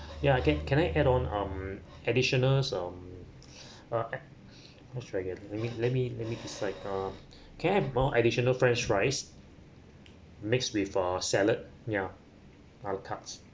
ya can can I add on um additional um uh additional let me let me decide um can I have additional french fries mixed with uh yeah salad a la carte